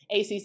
ACC